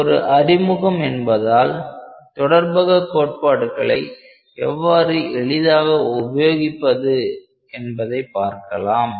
இது ஒரு அறிமுகம் என்பதால் தொடர்பக கோட்பாடுகளை எவ்வாறு எளிதாக உபயோகிப்பது என்பதை பார்க்கலாம்